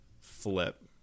flip